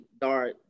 dark